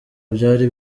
byari